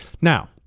Now